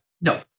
No